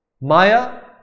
Maya